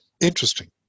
interesting